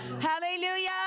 Hallelujah